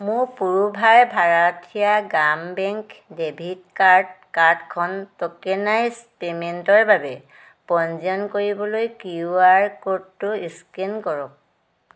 মোৰ পুড়ুভাই ভাৰাঠিয়া গ্ৰাম বেংকৰ ডেবিট কাৰ্ড কাৰ্ডখন ট'কেনাইজ্ড পে'মেণ্টৰ বাবে পঞ্জীয়ন কৰিবলৈ কিউ আৰ ক'ডটো ইস্কেন কৰক